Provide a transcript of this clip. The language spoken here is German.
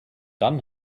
dann